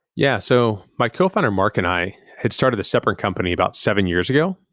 yeah. so my cofounder, mark, and i, had started a separate company about seven years ago.